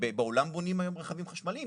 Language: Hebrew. בעולם בונים היום רכבים חשמליים,